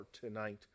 tonight